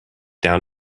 down